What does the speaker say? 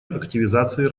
активизации